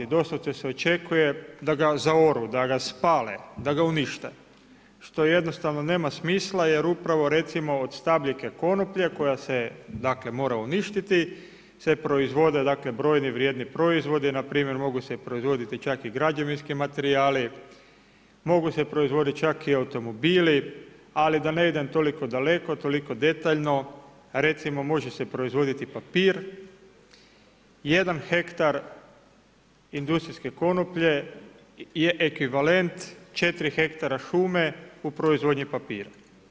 Doslovce se očekuje da ga zaoru, da ga spale, da ga unište što jednostavno nema smisla jer upravo recimo, od stabljike konoplje koja se dakle, mora uništiti se proizvode brojni vrijedni proizvodi npr. mogu se proizvoditi čak i građevinski materijali, mogu se proizvoditi čak i automobili, ali da ne idem toliko daleko, toliko detaljno, recimo može se proizvoditi papir, jedan hektar industrijske konoplje je ekvivalent četiri hektara šume u proizvodnji papira.